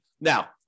Now